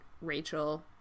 rachel